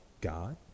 God